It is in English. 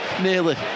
nearly